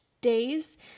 days